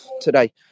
today